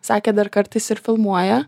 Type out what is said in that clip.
sakė dar kartais ir filmuoja